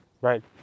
right